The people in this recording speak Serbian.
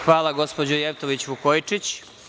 Hvala, gospođo Jevtović Vukojičić.